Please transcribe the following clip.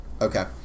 Okay